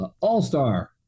all-star